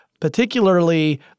particularly